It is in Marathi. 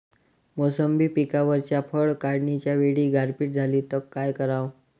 मोसंबी पिकावरच्या फळं काढनीच्या वेळी गारपीट झाली त काय कराव?